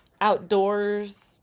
outdoors